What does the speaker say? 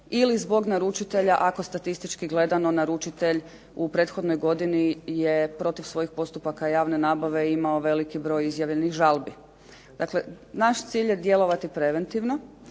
ili zbog naručitelja ako statistički gledano naručitelj u prethodnoj godini je protiv svojih postupaka javne nabave imao veliki broj izjavljenih žalbi. Dakle, naš cilj je djelovati preventivno.